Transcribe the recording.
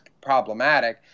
problematic